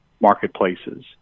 marketplaces